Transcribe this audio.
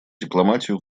дипломатию